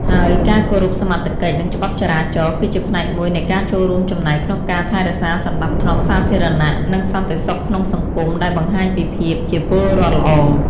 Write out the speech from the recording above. ហើយការគោរពសមត្ថកិច្ច និងច្បាប់ចរាចរណ៍ គឺជាផ្នែកមួយនៃការចូលរួមចំណែកក្នុងការថែរក្សាសណ្តាប់ធ្នាប់សាធារណៈ និងសន្តិសុខក្នុងសង្គម ដែលបង្ហាញពីភាពជាពលរដ្ឋល្អ។